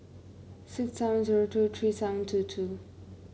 six seven zero two three seven two two